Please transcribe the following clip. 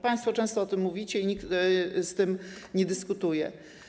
Państwo często o tym mówicie i nikt z tym nie dyskutuje.